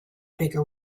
bigger